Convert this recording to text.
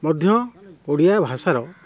ମଧ୍ୟ ଓଡ଼ିଆ ଭାଷାର